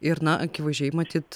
ir na akivaizdžiai matyt